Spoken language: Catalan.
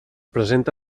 presenta